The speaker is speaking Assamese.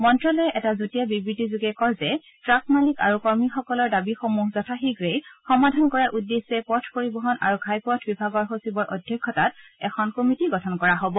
মন্ত্যালয়ে এটা যুটীয়া বিবৃতিযোগে কয় যে ট্ৰাক মালিক আৰু কৰ্মীসকলৰ দাবীসমূহ যথাশীয়ে সমাধান কৰাৰ উদ্দেশ্যে পথ পৰিবহণ আৰু ঘাইপথ বিভাগৰ সচিবৰ অধ্যক্ষতাত এখন কমিটী গঠন কৰা হ'ব